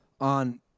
on